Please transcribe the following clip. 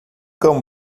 cão